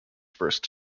first